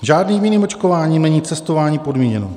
Žádným jiným očkováním není cestování podmíněno.